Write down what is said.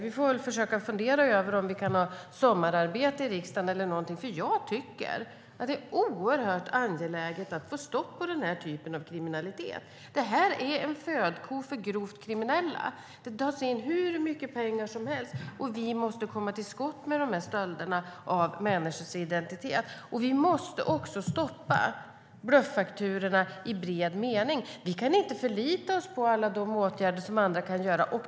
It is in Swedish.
Vi får väl försöka fundera över om vi kan ha sommararbete i riksdagen eller någonting. Jag tycker att det är oerhört angeläget att få stopp på den typen av kriminalitet. Det är en födko för grovt kriminella. Det dras in hur mycket pengar som helst. Vi måste komma till skott med dessa stölder av människors identitet. Vi måste också stoppa bluffakturorna i bred mening. Vi kan inte förlita oss på alla de åtgärder som andra kan vidta.